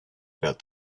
about